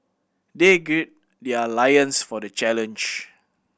they gird their lions for the challenge